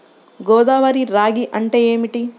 గోదావరి రాగి అంటే ఏమిటి?